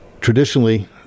Traditionally